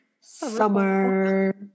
summer